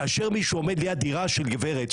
כאשר מישהו עומד ליד דירה של גברת,